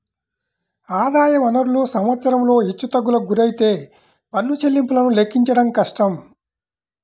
ఆదాయ వనరులు సంవత్సరంలో హెచ్చుతగ్గులకు గురైతే పన్ను చెల్లింపులను లెక్కించడం కష్టం